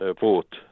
vote